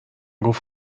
گفت